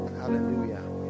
hallelujah